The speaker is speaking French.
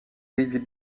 david